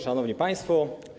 Szanowni Państwo!